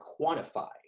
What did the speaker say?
quantify